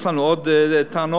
יש לנו עוד טענות.